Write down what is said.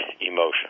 emotion